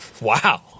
wow